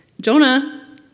Jonah